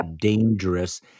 dangerous